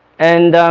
and